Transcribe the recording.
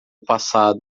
passado